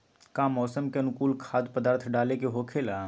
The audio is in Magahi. का मौसम के अनुकूल खाद्य पदार्थ डाले के होखेला?